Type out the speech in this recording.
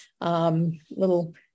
little